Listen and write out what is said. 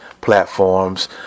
platforms